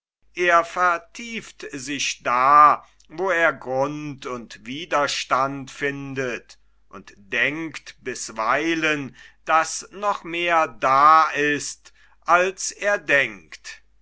er vertieft sich da wo er grund und widerstand findet und denkt bisweilen daß noch mehr da ist als er denkt